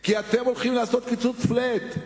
כי אתם הולכים לעשות קיצוץ flat.